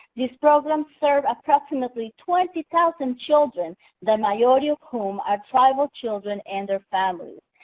these programs serve approximately twenty thousand children the majority of whom are tribal children and their families.